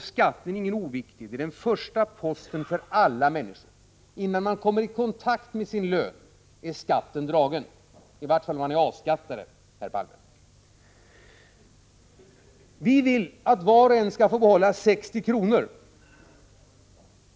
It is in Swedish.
Skatten är inget oviktigt i dessa avseenden. Det är den första posten för alla människor. Innan man kommer i kontakt med sin lön är skatten dragen — i varje fall om man är A-skattare, herr Palme. Vi vill att man skall få behålla 60 kr.